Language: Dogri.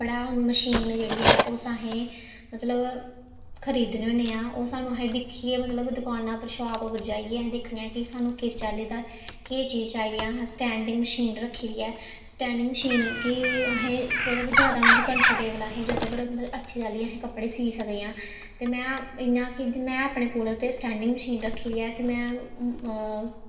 कपड़ा मशीन जेह्ड़ी ऐ ओह् असें मतलब खरीदने होन्ने आं ओह् सानूं असें दिक्खियै मतलब दकाना पर शॉप उप्पर जाइयै दिक्खने आं कि सानूं किस चाल्ली दा केह् चीज़ चाहिदा ऐ असें स्टैंडिंग मशीन रक्खी दी ऐ स्टैंडिंग मशीन कि असें कोह्दे पर जादा मतलब कंफर्टेवल असें जेह्दे पर अच्छी चाल्ली असें कपड़े सी सकदे आं ते में इ'यां कि में अपने कोल ते स्टैंडिंग मशीन रक्खी दी ऐ कि में